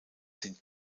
sind